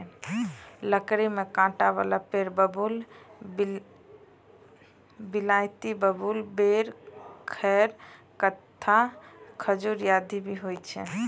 लकड़ी में कांटा वाला पेड़ बबूल, बिलायती बबूल, बेल, खैर, कत्था, खजूर आदि भी होय छै